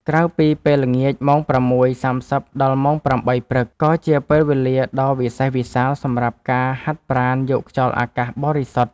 ក្រៅពីពេលល្ងាច ម៉ោង ៦:៣០ ដល់ម៉ោង ៨:០០ ព្រឹក ក៏ជាពេលវេលាដ៏វិសេសវិសាលសម្រាប់ការហាត់ប្រាណយកខ្យល់អាកាសបរិសុទ្ធ។